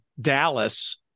Dallas